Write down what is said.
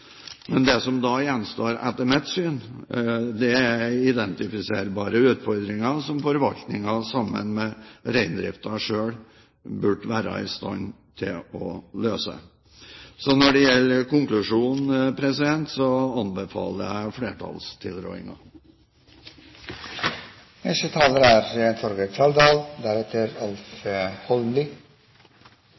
Men det som da gjenstår, er etter mitt syn identifiserbare utfordringer som forvaltningen sammen med reindriften selv burde være i stand til å møte. Når det gjelder konklusjonen på denne saken, anbefaler jeg